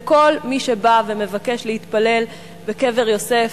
לכל מי שבא ומבקש להתפלל בקבר יוסף,